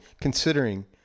considering